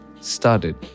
started